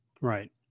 Right